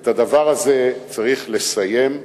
ואת הדבר הזה צריך לסיים.